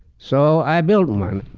so i built one.